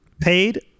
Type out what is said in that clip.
Paid